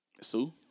Sue